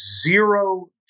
zero